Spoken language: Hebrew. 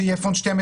שיהיה פונט 12,